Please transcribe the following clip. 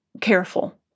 careful